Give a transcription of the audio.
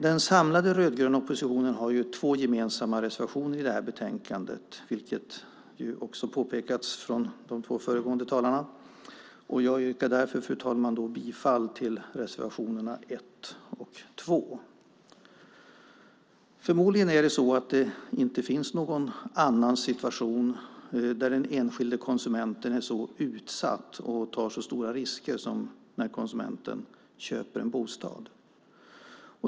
Den samlade rödgröna oppositionen har två gemensamma reservationer i betänkandet, vilket också påpekats av de två föregående talarna, och jag yrkar därför, fru talman, bifall till reservationerna 1 och 2. Förmodligen är det så att det inte finns någon annan situation där den enskilde konsumenten är så utsatt och tar så stora risker som när han eller hon köper en bostad.